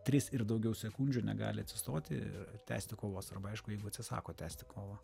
tris ir daugiau sekundžių negali atsistoti ir tęsti kovos arba aišku jeigu atsisako tęsti kovą